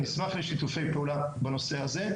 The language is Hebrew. ונשמח לשיתופי פעולה בנושא הזה,